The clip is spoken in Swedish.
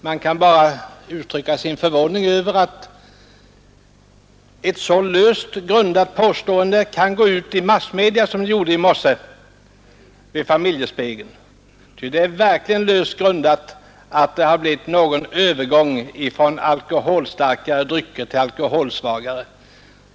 Jag kan bara uttrycka min förvåning över att ett så löst grundat påstående kan gå ut i massmedia som det som gjordes i Familjespegeln på morgonen i dag, att det hade blivit en övergång från alkoholstarkare drycker till alkoholsvagare.